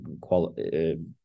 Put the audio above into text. quality